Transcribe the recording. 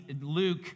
Luke